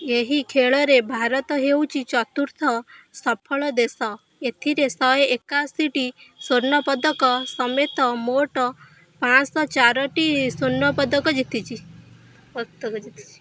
ଏହି ଖେଳରେ ଭାରତ ହେଉଛି ଚତୁର୍ଥ ସଫଳ ଦେଶ ଏଥିରେ ଶହେ ଏକାଅଶୀଟି ସ୍ୱର୍ଣ୍ଣ ପଦକ ସମେତ ମୋଟ ପାଞ୍ଚଶହ ଚାରିଟି ପଦକ ଜିତିଛି ପଦକ ଜିତିଛି